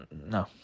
No